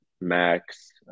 Max